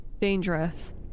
dangerous